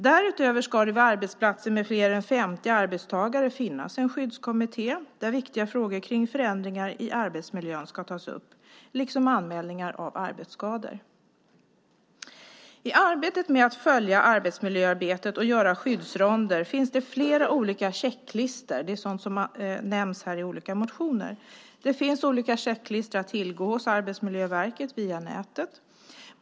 Därutöver ska det på arbetsplatser med fler än 50 arbetstagare finnas en skyddskommitté, där viktiga frågor kring förändringar i arbetsmiljön ska tas upp liksom anmälningar av arbetsskador. För arbetet med att följa arbetsmiljöarbetet och göra skyddsronder finns det olika checklistor, som nämns i olika motioner. Det finns olika checklistor att tillgå hos Arbetsmiljöverket och via nätet.